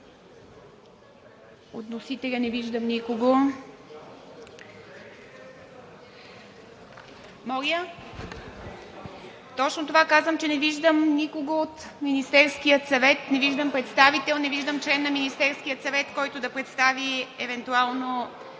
Моля? (Шум и реплики.) Точно това казвам, че не виждам никого от Министерския съвет, не виждам представител, не виждам член на Министерския съвет, който да представи евентуално